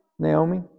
Naomi